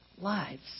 lives